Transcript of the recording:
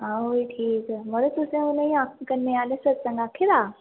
आं ओह् ई ठीक ऐ मतलब तुसें उ'नेंई कन्नै आनी सकनें आक्खे दा